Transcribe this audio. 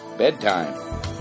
Bedtime